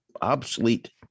obsolete